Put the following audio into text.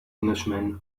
englishman